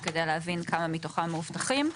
כדי להבין כמה מתוכם מאובטחים.